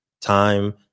time